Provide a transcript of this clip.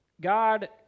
God